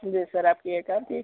जी sir आपकी ये car की